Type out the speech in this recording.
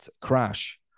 crash